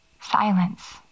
Silence